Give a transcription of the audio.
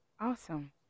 Awesome